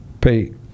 Pay